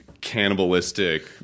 cannibalistic